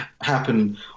happen